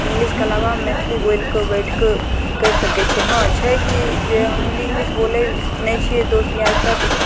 इंग्लिशके अलावा हम मैथिली बोलि कऽ बैठिकऽ करि सकय छियै हँ छै कि जे हम हिन्दी इंग्लिश बोलय नहि छियै दोस्त यारके साथ